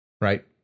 right